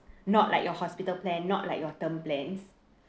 not like your hospital plan not like your term plans